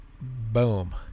Boom